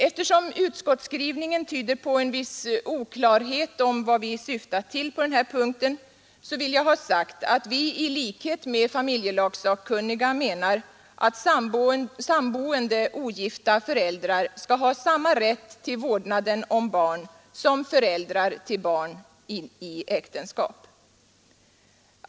Eftersom utskottsskrivningen tyder på en viss oklarhet om vad vi syftat till på denna punkt, så vill jag ha sagt, att vi i likhet med familjelagssakkunniga menar att samboende ogifta föräldrar skall ha samma rätt till vårdnaden om barn som föräldrar till barn i äktenskap.